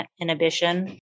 inhibition